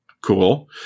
cool